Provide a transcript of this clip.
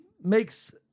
makes